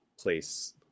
place